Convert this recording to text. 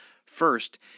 First